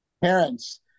parents